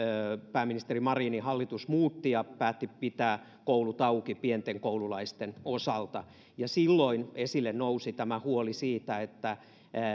pääministeri marinin hallitus muutti ja päätti pitää koulut auki pienten koululaisten osalta silloin esille nousi tämä huoli siitä että